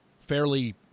fairly